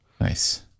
Nice